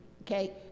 Okay